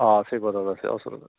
অঁ আছে বজাৰ আছে ওচৰত আছে